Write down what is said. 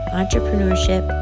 entrepreneurship